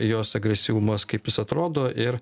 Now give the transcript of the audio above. jos agresyvumas kaip jis atrodo ir